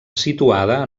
situada